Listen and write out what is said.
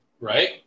Right